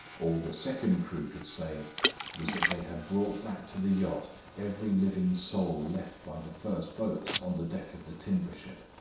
all the second crew could say was that they had brought back to the yacht every living soul left by the first boat on the deck of the timber-ship.